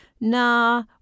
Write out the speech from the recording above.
Nah